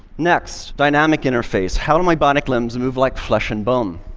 next, dynamic interface. how do my bionic limbs move like flesh and bone?